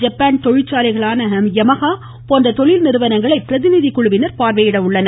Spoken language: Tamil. ஜப்பான் தொழிற்சாலைகளான எமஹா போன்ற தொழில்நிறுவனங்களை பிரதிநிதிக்குழுவினர் பார்வையிட உள்ளனர்